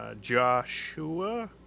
Joshua